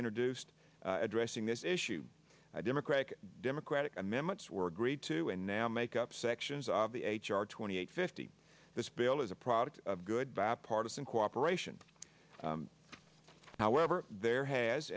introduced addressing this issue democratic democratic amendments were agreed to and now make up sections of the h r twenty eight fifty this bill is a product of good bipartisan cooperation however there h